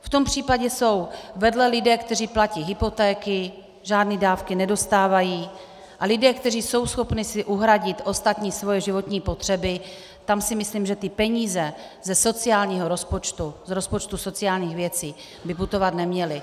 V tom případě jsou vedle lidé, kteří platí hypotéky, žádné dávky nedostávají, a lidé, kteří jsou schopni si uhradit ostatní svoje životní potřeby, tam si myslím, že ty peníze ze sociálního rozpočtu, z rozpočtu sociálních věcí by putovat neměly.